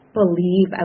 believe